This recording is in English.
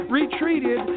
retreated